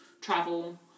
travel